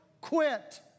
quit